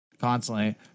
constantly